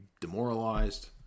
demoralized